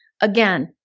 again